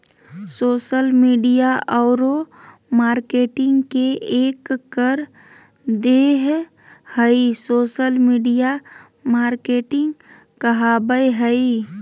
social media औरो marketing के एक कर देह हइ सोशल मिडिया मार्केटिंग कहाबय हइ